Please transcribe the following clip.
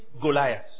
Goliath